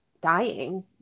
dying